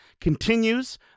continues